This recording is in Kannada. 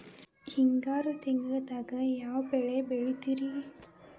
ಹಿಂಗಾರು ತಿಂಗಳದಾಗ ಯಾವ ಬೆಳೆ ಬೆಳಿತಿರಿ?